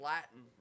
Latin